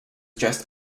dressed